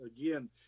again